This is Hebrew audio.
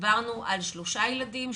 דיברנו על שלושה ילדים,